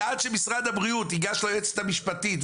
ועד שמשרד הבריאות ייגש ליועצת המשפטית,